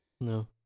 No